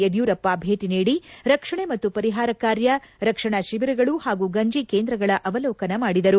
ಯುಡಿಯೂರಪ್ಪ ಭೇಟಿ ನೀಡಿ ರಕ್ಷಣೆ ಮತ್ತು ಪರಿಹಾರ ಕಾರ್ಯ ರಕ್ಷಣಾ ಶಿಬಿರಗಳು ಹಾಗೂ ಗಂಜಿ ಕೇಂದ್ರಗಳ ಅವಲೋಕನ ಮಾಡಿದರು